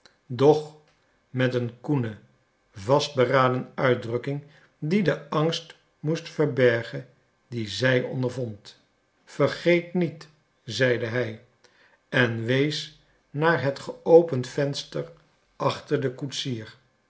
doch met een koene vastberaden uitdrukking die den angst moest verbergen dien zij ondervond vergeet niet zeide hij en wees naar het geopend venster achter den koetsier